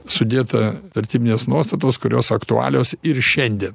sudėta vertybinės nuostatos kurios aktualios ir šiandien